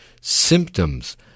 symptoms